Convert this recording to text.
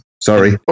sorry